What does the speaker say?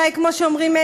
כמו שאומרים,